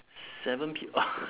seven P